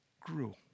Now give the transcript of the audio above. grew